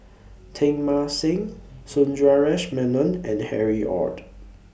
Teng Mah Seng Sundaresh Menon and Harry ORD